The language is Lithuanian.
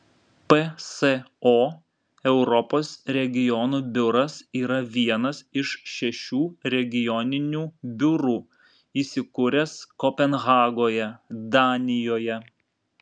pso europos regiono biuras yra vienas iš šešių regioninių biurų įsikūręs kopenhagoje danijoje